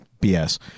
BS